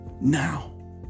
now